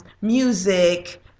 music